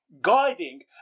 guiding